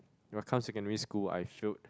when come secondary school I failed